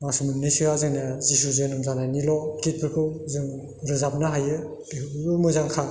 मास मोननैसोआ जोंना जिसु जोनोम जानायनिल' गितफोरखौ जों रोजाबनो हायो बेफोरखौबो मोजांखा